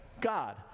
God